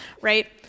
right